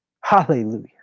Hallelujah